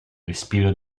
respiro